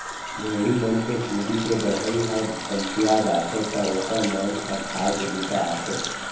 भेड़ी मन के चूंदी के बढ़ई ह कमतिया जाथे त ओकर मांस ह खाए के बूता आथे